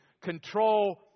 control